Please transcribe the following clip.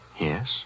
Yes